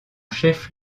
chef